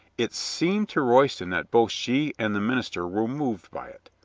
it seemed to royston that both she and the minister were moved by it.